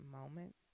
moment